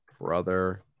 brother